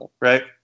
right